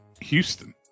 Houston